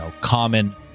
common